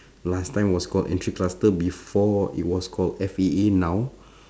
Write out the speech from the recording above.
last time was called entry cluster before it was called F_A_A now